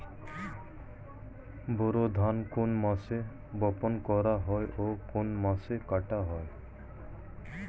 বোরো ধান কোন মাসে বপন করা হয় ও কোন মাসে কাটা হয়?